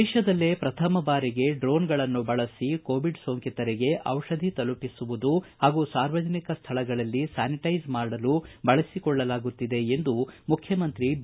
ದೇಶದಲ್ಲೇ ಪ್ರಥಮ ಬಾರಿಗೆ ಡ್ರೋನ್ಗಳನ್ನು ಬಳಸಿ ಕೋವಿಡ್ ಸೋಂಟಿತರಿಗೆ ದಿಷಧಿ ತಲುಪಿಸುವುದು ಹಾಗೂ ಸಾರ್ವಜನಿಕ ಸ್ವಳಗಳಲ್ಲಿ ಸ್ವಾನಿಟ್ಟೆಸ್ ಮಾಡಲು ಬಳಕೆ ಮಾಡಿಕೊಳ್ಳಲಾಗುತ್ತಿದೆ ಎಂದು ಮುಖ್ಯಮಂತ್ರಿ ಬಿ